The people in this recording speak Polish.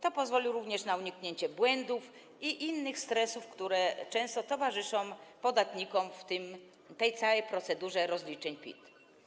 To pozwoli również na uniknięcie błędów i innych stresów, które często towarzyszą podatnikom w tej całej procedurze rozliczeń PIT.